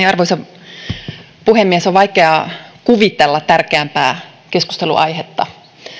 arvoisa puhemies on vaikeaa kuvitella tärkeämpää keskustelunaihetta